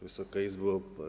Wysoka Izbo!